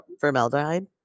Formaldehyde